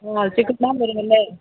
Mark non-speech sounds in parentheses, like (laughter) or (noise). ആ (unintelligible) വരുന്നല്ലേ